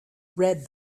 read